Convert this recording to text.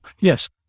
yes